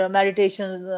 Meditations